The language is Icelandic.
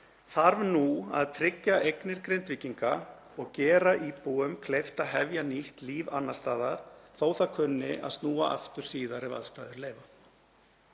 þarf nú að tryggja eignir Grindvíkinga og gera íbúum kleift að hefja nýtt líf annars staðar þó að fólk kunni að snúa aftur síðar ef aðstæður leyfa.